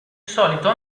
solito